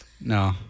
No